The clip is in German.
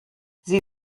sie